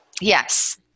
Yes